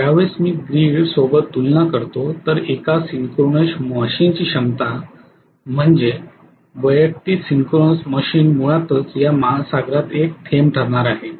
ज्यावेळेस मी ग्रीड सोबत तुलना करतो तर एका सिंक्रोनस मशीनची क्षमता म्हणजे वैयक्तिक सिंक्रोनस मशीन मुळातच या महासागरात एक थेंब ठरणार आहे